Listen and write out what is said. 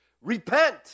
repent